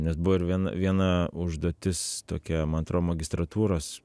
nes buvo ir vien viena užduotis tokia man atro magistratūros